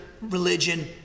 religion